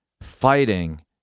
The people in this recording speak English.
fighting